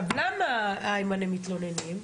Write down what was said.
עכשיו למה איימן הם מתלוננים,